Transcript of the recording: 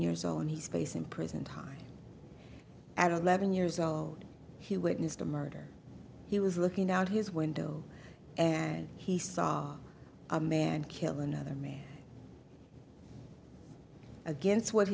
years old and he's facing prison time at eleven years old he witnessed a murder he was looking out his window and he saw a man kill another man against what